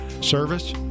Service